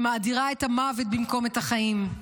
ומאדירה את המוות במקום את החיים.